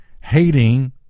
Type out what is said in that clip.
hating